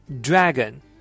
dragon